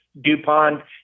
DuPont